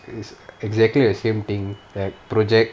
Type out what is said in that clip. is exactly the same thing that project